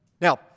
Now